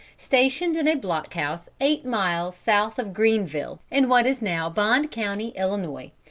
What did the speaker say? stationed in a block-house eight miles south of greenville, in what is now bond county, illinois.